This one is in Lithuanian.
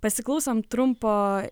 pasiklausom trumpo